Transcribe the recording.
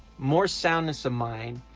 more soundness of mind,